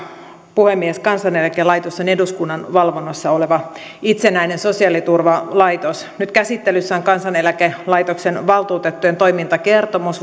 puhemies kansaneläkelaitos on eduskunnan valvonnassa oleva itsenäinen sosiaaliturvalaitos nyt käsittelyssä on kansaneläkelaitoksen valtuutettujen toimintakertomus